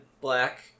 Black